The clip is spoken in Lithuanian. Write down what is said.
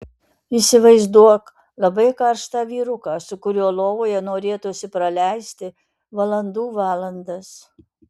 įsivaizduok labai karštą vyruką su kuriuo lovoje norėtųsi praleisti valandų valandas